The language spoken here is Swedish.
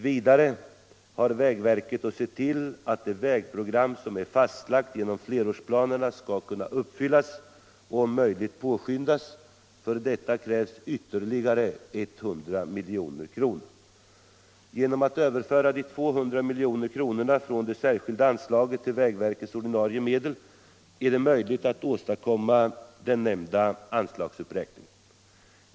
Vidare har vägverket att se till att det vägprogram som är fastlagt i flerårsplanerna kan uppfyllas och om möjligt påskyndas. För detta krävs ytterligare 100 milj.kr. Genom att överföra de 200 miljonerna från det särskilda anslaget till vägverkets ordinarie medel är det möjligt att åstadkomma den nämnda anslagsuppräkningen.